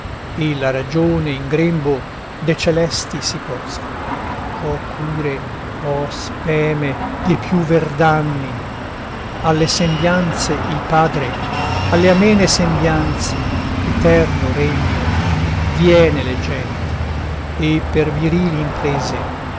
e la ragione in grembo de celesti si posa oh cure oh speme de più verd'anni alle sembianze il padre alle amene sembianze eterno regno diè nelle genti e per virili imprese